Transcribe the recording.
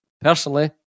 personally